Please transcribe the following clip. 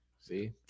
See